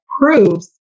proves